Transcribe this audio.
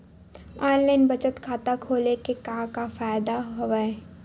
online बचत खाता खोले के का का फ़ायदा हवय